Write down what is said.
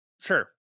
Sure